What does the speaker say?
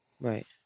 Right